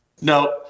No